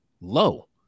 low